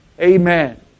Amen